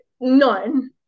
none